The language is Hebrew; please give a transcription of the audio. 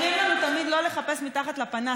אומרים לנו תמיד לא לחפש מתחת לפנס.